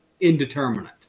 indeterminate